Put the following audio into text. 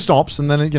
stops. and then,